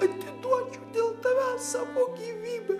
atiduočiau dėl tavęs savo gyvybę